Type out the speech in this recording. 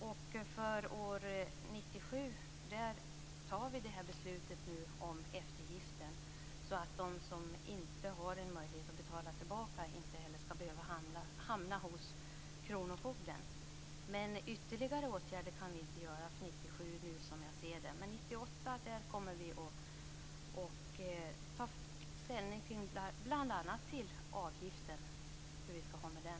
Vi fattar nu beslut om eftergift för år 1997, så att de som inte har möjlighet att betala tillbaka inte skall behöva hamna hos kronofogden. Jag ser inte att det går att vidta ytterligare åtgärder för 1997, men för 1998 kommer vi att kunna ta ställning till bl.a. avgiften.